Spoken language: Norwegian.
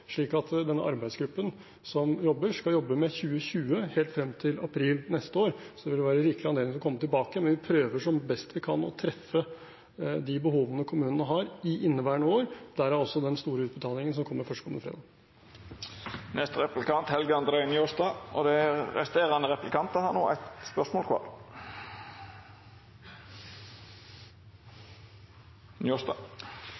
Arbeidsgruppen som jobber, skal jobbe med 2020 helt frem til april neste år, så det vil være rikelig anledning til å komme tilbake. Men vi prøver som best vi kan å treffe de behovene kommunene har, i inneværende år, derav den store utbetalingen som kommer førstkommende fredag. Veldig mange innlegg i dag har handla om Høgre sin ordførar i Bø, Sture Pedersen. Det